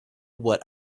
what